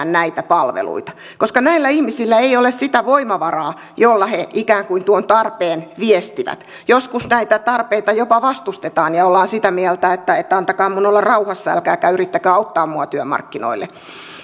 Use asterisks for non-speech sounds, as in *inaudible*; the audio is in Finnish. *unintelligible* näitä palveluita koska näillä ihmisillä ei ole sitä voimavaraa jolla he ikään kuin tuon tarpeen viestivät joskus näitä tarpeita jopa vastustetaan ja ollaan sitä mieltä että että antakaa minun olla rauhassa älkääkä yrittäkö auttaa minua työmarkkinoille